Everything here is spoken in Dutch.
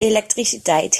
elektriciteit